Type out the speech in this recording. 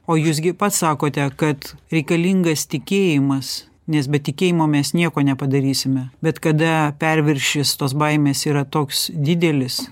o jūs gi pats sakote kad reikalingas tikėjimas nes be tikėjimo mes nieko nepadarysime bet kada perviršis tos baimės yra toks didelis